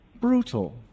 brutal